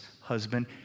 husband